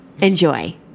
Enjoy